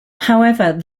however